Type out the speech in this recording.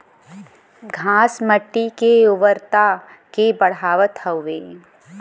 घास मट्टी के उर्वरता के बढ़ावत हउवे